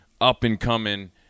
up-and-coming